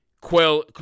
quell